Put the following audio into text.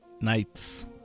nights